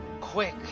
Quick